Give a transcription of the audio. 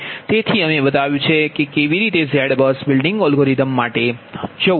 તેથી અમે બતાવ્યું છે કે કેવી રીતે ZBUS બિલ્ડિંગ એલ્ગોરિધમ માટે જવુ